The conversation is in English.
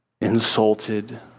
insulted